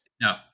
no